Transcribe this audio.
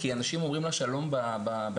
כי אנשים אומרים לה שלום בשבילים,